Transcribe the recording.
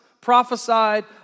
prophesied